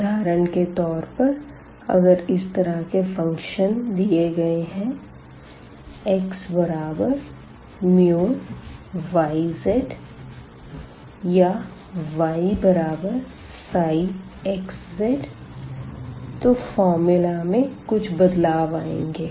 उदाहरण के तौर पर अगर इस तरह के फंक्शन दिए गए है xμyz या yψxz तो फॉर्मूला में कुछ बदलाव आएँगे